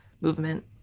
movement